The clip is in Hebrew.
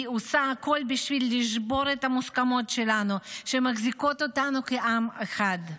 היא עושה הכול בשביל לשבור את המוסכמות שלנו שמחזיקות אותנו כעם אחד.